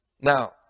now